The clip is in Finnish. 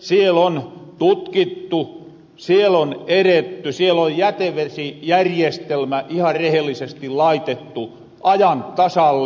siel on tutkittu siel on edetty siel on jätevesijärjestelmä ihan rehellisesti laitettu ajan tasalle